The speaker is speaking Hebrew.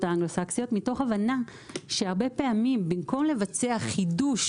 האנגלו-סקסיות מתוך הבנה שהרבה פעמים במקום לבצע חידוש,